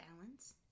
balance